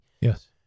yes